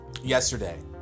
yesterday